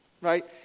right